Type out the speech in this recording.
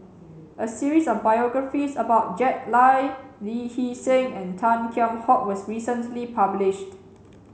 a series of biographies about Jack Lai Lee Hee Seng and Tan Kheam Hock was recently published